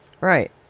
Right